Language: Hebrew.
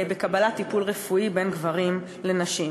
בקבלת טיפול רפואי בין גברים לנשים.